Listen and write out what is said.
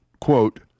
quote